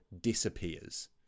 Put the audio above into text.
disappears